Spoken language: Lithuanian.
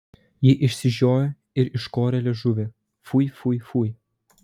ji išsižiojo ir iškorė liežuvį fui fui fui